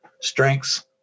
strengths